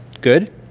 good